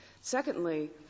Secondly